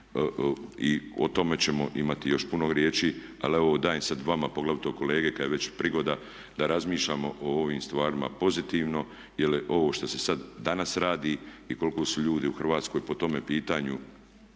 i o tome ćemo imati još puno riječi. Ali evo dajem sad vama, poglavito kolege kad je već prigoda da razmišljamo o ovim stvarima pozitivno jer ovo što se sad danas radi i koliko su ljudi u Hrvatskoj po tome pitanju